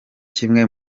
kimwe